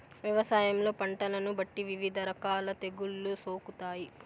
వ్యవసాయంలో పంటలను బట్టి వివిధ రకాల తెగుళ్ళు సోకుతాయి